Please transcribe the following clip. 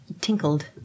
tinkled